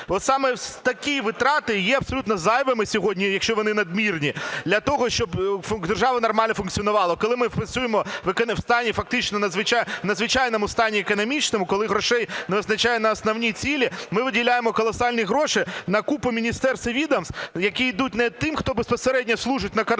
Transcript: саме такі витрати є абсолютно зайвими сьогодні, якщо вони надмірні, для того, щоб держава нормально функціонувала. Коли ми працюємо в стані, фактично в надзвичайному стані економічному, коли грошей не вистачає на основні цілі, ми виділяємо колосальні гроші на купу міністерств і відомств, які йдуть не тим, хто безпосередньо служить на кордоні,